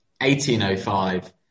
1805